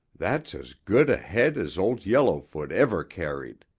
that's as good a head as old yellowfoot ever carried.